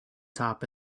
top